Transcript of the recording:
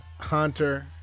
Hunter